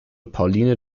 pauline